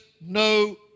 no